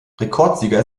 rekordsieger